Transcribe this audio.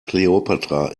kleopatra